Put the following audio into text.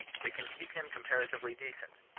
they can keep him comparatively decent,